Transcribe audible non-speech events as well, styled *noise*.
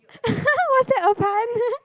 *laughs* was that a pun *laughs*